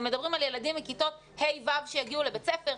אתם מדברים על ילדים מכיתות ה' ו' שיגיעו לבית ספר.